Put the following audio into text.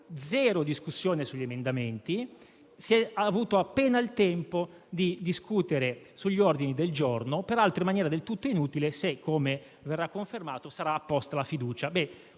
zero discussione sugli emendamenti, c'è stato appena il tempo di discutere sugli ordini del giorno, peraltro in maniera del tutto inutile, se, come verrà confermato, sarà posta la fiducia.